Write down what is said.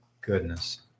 goodness